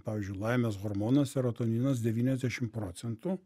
pavyzdžiui laimės hormonas serotoninas devyniasdešimt procentų